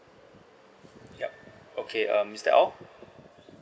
yup okay um is that all